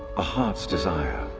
a heart's desire.